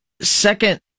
Second